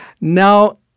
Now